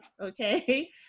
okay